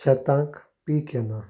शेतांक पीक येना